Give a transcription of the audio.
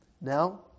Now